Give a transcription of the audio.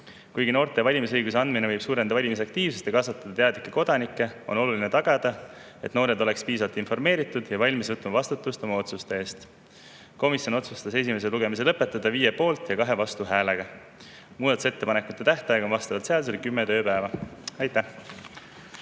Kuigi noortele valimisõiguse andmine võib suurendada valimisaktiivsust ja kasvatada teadlikke kodanikke, on oluline tagada, et noored oleksid piisavalt informeeritud ja valmis võtma vastutust oma otsuste eest. Komisjon otsustas esimese lugemise lõpetada 5 poolt‑ ja 2 vastuhäälega. Muudatusettepanekute tähtaeg on vastavalt seadusele 10 tööpäeva. Aitäh!